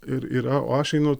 ir yra o aš einu